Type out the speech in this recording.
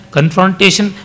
Confrontation